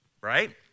right